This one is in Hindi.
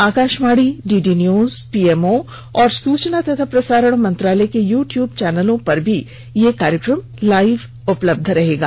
Akashvani D D news P M O और सूचना तथा प्रसारण मंत्रालय के यू ट्यूब चैनलों पर भी यह कार्यक्रम लाइव उपलब्धे रहेगा